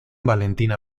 valentina